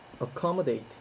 Accommodate